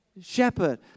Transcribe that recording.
shepherd